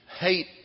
hate